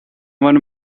one